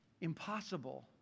impossible